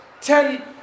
ten